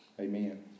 Amen